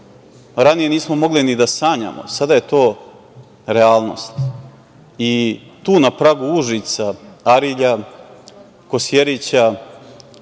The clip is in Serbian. ranije nismo mogli ni da sanjamo. Sada je to realnost. Tu na pragu Užica, Arilja, Kosjerića,